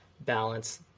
balance